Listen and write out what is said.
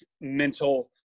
mental –